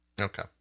okay